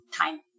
time